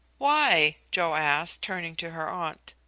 why? joe asked, turning to her aunt.